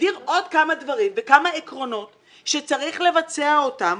נגדיר עוד כמה דברים וכמה עקרונות שצריך לבצע אותם